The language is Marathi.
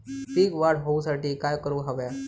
पीक वाढ होऊसाठी काय करूक हव्या?